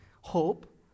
hope